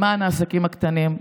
למען העסקים הקטנים.